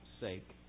sake